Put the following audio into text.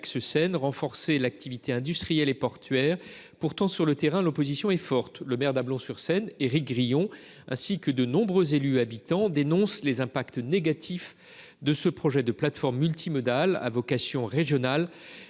l’axe Seine, renforcer l’activité industrielle et portuaire. Pourtant, sur le terrain, l’opposition est forte. Le maire d’Ablon sur Seine, Éric Grillon, ainsi que de nombreux élus et habitants, dénonce les effets négatifs de ce projet de plateforme multimodale à vocation régionale